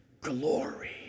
glory